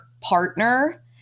partner